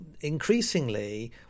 increasingly